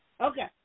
Okay